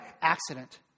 accident